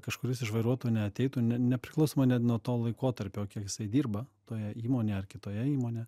kažkuris iš vairuotojų neateitų ne nepriklausomai net nuo to laikotarpio jisai dirba toje įmonėje ar kitoje įmonėje